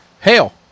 Hail